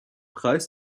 preis